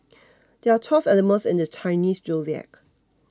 there are twelve animals in the Chinese zodiac